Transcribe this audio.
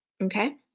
Okay